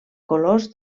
colors